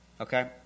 Okay